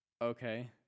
Okay